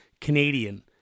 Canadian